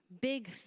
big